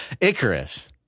Icarus